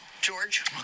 George